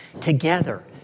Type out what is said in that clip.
together